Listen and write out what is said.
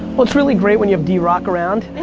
well it's really great when you have drock around.